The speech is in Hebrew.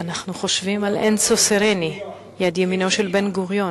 אנצו סרני, יד ימינו של בן-גוריון,